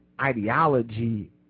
ideology